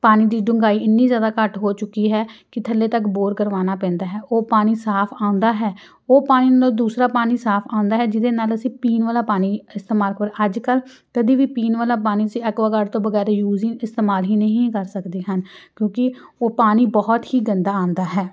ਪਾਣੀ ਦੀ ਡੂੰਘਾਈ ਇੰਨੀ ਜ਼ਿਆਦਾ ਘੱਟ ਹੋ ਚੁੱਕੀ ਹੈ ਕਿ ਥੱਲੇ ਤੱਕ ਬੋਰ ਕਰਵਾਉਣਾ ਪੈਂਦਾ ਹੈ ਉਹ ਪਾਣੀ ਸਾਫ਼ ਆਉਂਦਾ ਹੈ ਉਹ ਪਾਣੀ ਦਾ ਦੂਸਰਾ ਪਾਣੀ ਸਾਫ਼ ਆਉਂਦਾ ਹੈ ਜਿਹਦੇ ਨਾਲ ਅਸੀਂ ਪੀਣ ਵਾਲਾ ਪਾਣੀ ਇਸਤੇਮਾਲ ਕੋਲ ਅੱਜ ਕੱਲ੍ਹ ਕਦੇ ਵੀ ਪੀਣ ਵਾਲਾ ਪਾਣੀ ਅਸੀਂ ਐਕਵਾਗਾਰਡ ਤੋਂ ਬਗੈਰ ਯੂਜ਼ ਹੀ ਇਸਤੇਮਾਲ ਹੀ ਨਹੀਂ ਕਰ ਸਕਦੇ ਹਨ ਕਿਉਂਕਿ ਉਹ ਪਾਣੀ ਬਹੁਤ ਹੀ ਗੰਦਾ ਆਉਂਦਾ ਹੈ